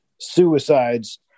suicides